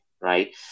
right